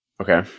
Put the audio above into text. Okay